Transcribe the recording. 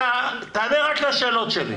תענה לשאלות שלי.